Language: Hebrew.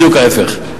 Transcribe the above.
בדיוק ההיפך.